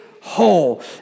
whole